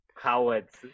Cowards